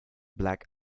black